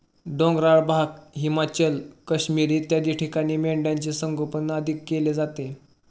डोंगराळ भाग, हिमाचल, काश्मीर इत्यादी ठिकाणी मेंढ्यांचे संगोपन अधिक केले जाते